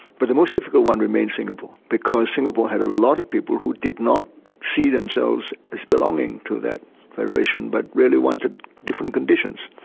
but the most difficult one remained singapore, because singapore had a lot of people who did not see themselves as belonging to that federation, but really wanted different conditions.